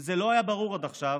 אם זה לא היה ברור עד עכשיו,